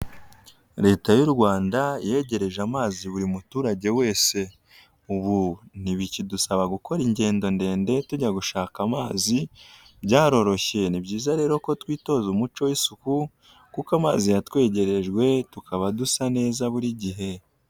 Leta y'u Rwanda yegereje amazi buri muturage wese, ubu ntibikidusaba gukora ingendo ndende tujya gushaka amazi byaroroshye, ni byiza rero ko twitoza umuco w'isuku kuko amazi yatwegerejwe tukaba dusa neza buri gihe.